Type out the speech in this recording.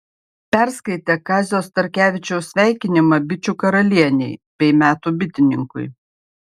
perskaitė kazio starkevičiaus sveikinimą bičių karalienei bei metų bitininkui